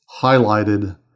highlighted